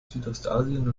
südostasien